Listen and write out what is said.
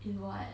in what